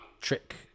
trick